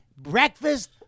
Breakfast